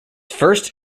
first